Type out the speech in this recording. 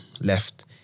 left